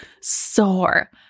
sore